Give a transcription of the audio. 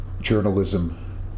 journalism